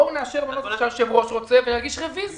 אני הצעתי לאשר ולהגיש רוויזיה.